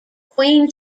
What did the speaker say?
queen